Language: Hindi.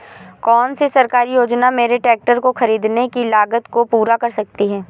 कौन सी सरकारी योजना मेरे ट्रैक्टर को ख़रीदने की लागत को पूरा कर सकती है?